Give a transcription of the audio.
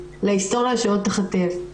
להיסטוריה שעוד תיכתב.